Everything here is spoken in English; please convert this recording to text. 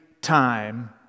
time